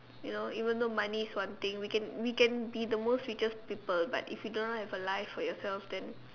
you know even though money is one thing we can we can be the most richest people but if you don't have a life for yourself then